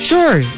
Sure